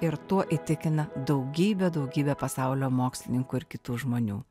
ir tuo įtikina daugybę daugybę pasaulio mokslininkų ir kitų žmonių